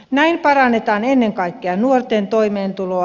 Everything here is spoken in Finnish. näin parannetaan ennen kaikkea nuorten toimeentuloa